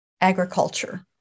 agriculture